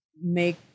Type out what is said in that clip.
make